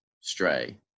stray